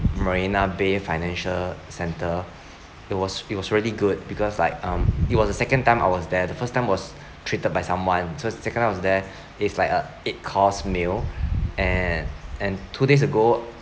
marina bay financial centre it was it was really good because like um it was the second time I was there the first time was treated by someone so it's the second time I was there it's like a eight course meal and and two days ago